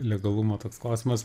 legalumo toks klausimas